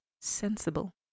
sensible